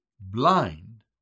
blind